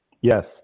Yes